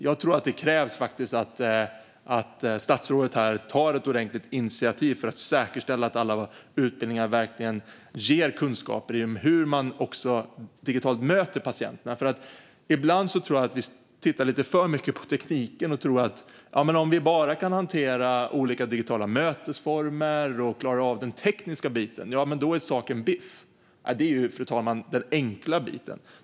Jag tror att det krävs att statsrådet här tar ett ordentligt initiativ för att säkerställa att alla utbildningar verkligen ger kunskaper om hur man möter patienterna också digitalt. Ibland tror jag att vi tittar lite för mycket på tekniken och tror att om vi bara kan hantera olika digitala mötesformer och klarar av den tekniska biten är saken biff. Det är ju, fru talman, den enkla biten.